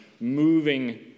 moving